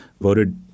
voted